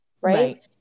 right